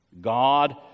God